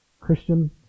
Christian